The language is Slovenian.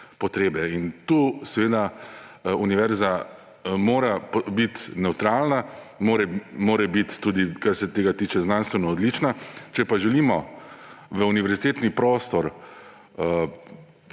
potrebe. Tukaj univerza mora biti nevtralna, mora biti tudi, kar se tega tiče, znanstveno odlična. Če pa želimo v univerzitetni prostor